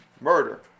murder